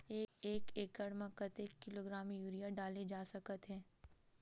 एक एकड़ म कतेक किलोग्राम यूरिया डाले जा सकत हे?